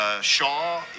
Shaw